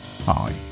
Hi